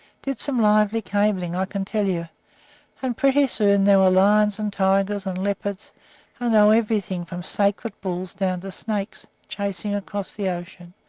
did some lively cabling, i can tell you and pretty soon there were lions and tigers and leopards and oh, everything from sacred bulls down to snakes, chasing across the ocean,